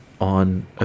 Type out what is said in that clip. on